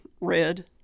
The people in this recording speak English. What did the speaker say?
red